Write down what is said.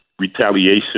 Retaliation